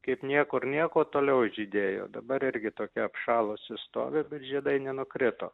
kaip niekur nieko toliau žydėjo dabar irgi tokia apšalusi stovi bet žiedai nenukrito